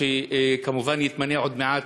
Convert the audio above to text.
שכמובן יתמנה עוד מעט,